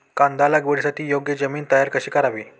कांदा लागवडीसाठी योग्य जमीन तयार कशी करावी?